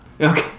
Okay